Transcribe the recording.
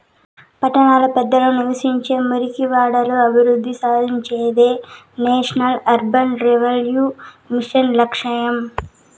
పట్టణ పేదలు నివసించే మురికివాడలు అభివృద్ధి సాధించాలనేదే నేషనల్ అర్బన్ రెన్యువల్ మిషన్ లక్ష్యం